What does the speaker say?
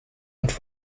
und